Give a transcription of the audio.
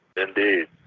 indeed